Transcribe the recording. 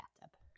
bathtub